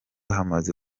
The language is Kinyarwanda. hamaze